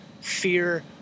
fear